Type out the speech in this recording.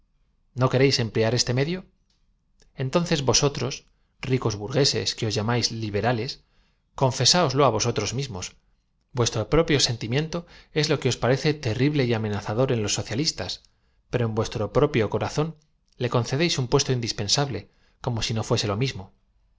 no queréis em plear este medio entonces vosotros ricos burgueses que os llamáis li berales confesáoslo á vosotros mismos vuestro pro pio sentimieato es lo que os parece terrible y amenaza dor en los socialistas pero en vuestro propio corazón le concedéis un puesto indispensable como sí no fuess lo mismo